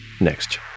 Next